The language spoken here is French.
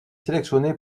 sélectionné